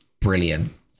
Brilliant